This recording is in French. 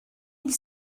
ils